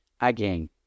again